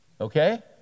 Okay